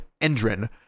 Endrin